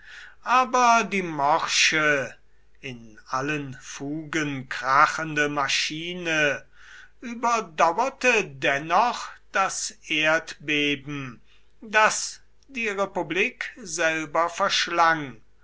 aber die morsche in allen fugen krachende maschine überdauerte dennoch das erdbeben das die republik selber verschlang